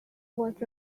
was